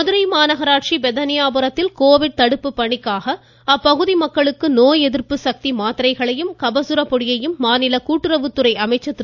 ராஜு மதுரை மாநகராட்சி பெத்தானியாபுரத்தில் கோவிட் தடுப்பு பணியாக அப்பகுதி மக்களுக்கு நோய் எதிர்ப்பு சக்தி மாத்திரைகளையும் கபசுர பொடியையும் மாநில கூட்டுறவு துறை அமைச்சர் திரு